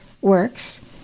works